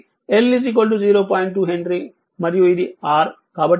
2 henry మరియు ఇది R కాబట్టి ఇది 0